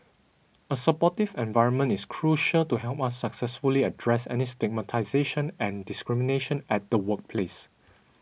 a supportive environment is crucial to help us successfully address any stigmatisation and discrimination at the workplace